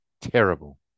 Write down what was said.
terrible